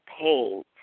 pain